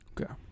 Okay